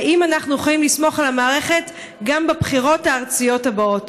האם אנחנו יכולים לסמוך על המערכת גם בבחירות הארציות הבאות?